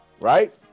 Right